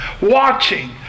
watching